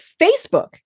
facebook